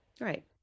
Right